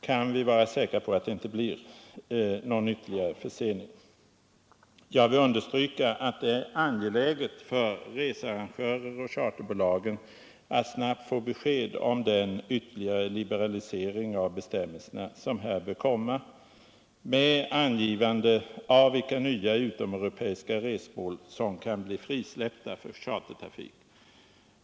Kan vi vara säkra på att det inte blir någon ytterligare försening? Jag vill understryka vikten av att researrangörer och charterbolag snabbt får besked om den ytterligare liberalisering av bestämmelserna som bör komma med angivande av vilka nya utomeuropeiska resmål som blir frisläppta för chartertrafik.